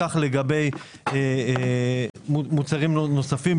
כך לגבי מוצרי חלב נוספים.